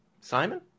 Simon